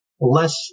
less